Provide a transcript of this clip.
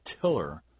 tiller